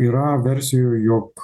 yra versijų jog